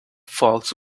folks